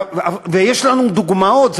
יש לנו דוגמאות.